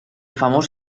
famós